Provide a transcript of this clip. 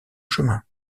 chemin